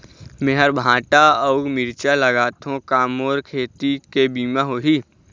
मेहर भांटा अऊ मिरचा लगाथो का मोर खेती के बीमा होही?